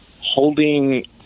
holding